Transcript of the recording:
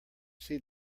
see